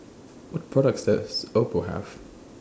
What products Does Oppo Have